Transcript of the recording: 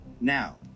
Now